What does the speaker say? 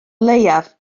leiaf